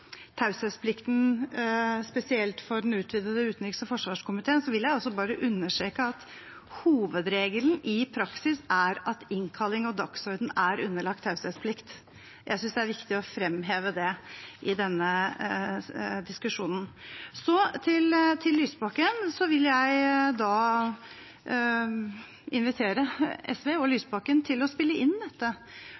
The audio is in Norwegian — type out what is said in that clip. taushetsplikten. Spesielt for den utvidete utenriks- og forsvarskomité vil jeg bare understreke at hovedregelen i praksis er at innkalling og dagsorden er underlagt taushetsplikt. Jeg synes det er viktig å fremheve det i denne diskusjonen. Så til Lysbakken: Jeg vil invitere SV og